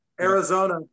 arizona